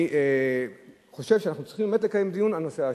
אני חושב שאנחנו צריכים באמת לקיים דיון על נושא השביתה,